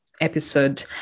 episode